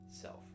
self